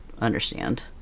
understand